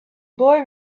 boy